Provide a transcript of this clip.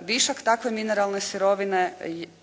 Višak takve mineralne sirovine